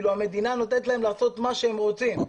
המדינה נותנת להם לעשות מה שהם רוצים.